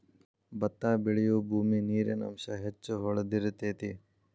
ಬತ್ತಾ ಬೆಳಿಯುಬೂಮಿ ನೇರಿನ ಅಂಶಾ ಹೆಚ್ಚ ಹೊಳದಿರತೆತಿ